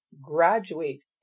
graduate